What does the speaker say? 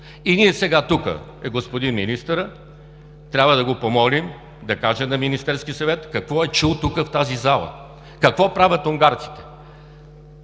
И ние сега, тук е господин министърът, трябва да го помолим да каже на Министерския съвет какво е чул тук, в тази зала. Какво правят унгарците